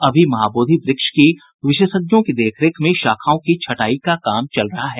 अभी महाबोधि व्रक्ष की विशेषज्ञों की देख रेख में शाखाओं की छंटाई का काम चल रहा है